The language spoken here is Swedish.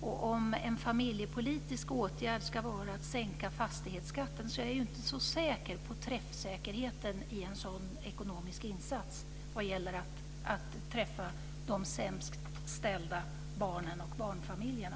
Om en familjepolitisk åtgärd ska vara att sänka fastighetsskatten är jag inte så säker på träffsäkerheten. Jag är inte säker på en sådan ekonomisk insats vad gäller att träffa de sämst ställda barnen och barnfamiljerna.